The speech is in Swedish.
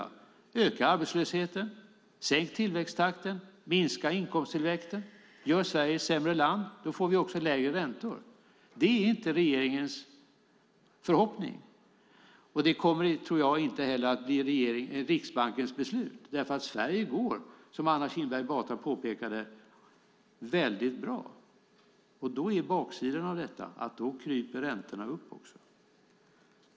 Man kan öka arbetslösheten, sänka tillväxttakten, minska inkomsttillväxten, göra Sverige till ett sämre land. Då får vi lägre räntor. Det är inte regeringens förhoppning, och jag tror inte att det heller kommer att bli Riksbankens beslut. Sverige går, som Anna Kinberg Batra påpekade, väldigt bra. Baksidan av det är att räntorna kryper upp.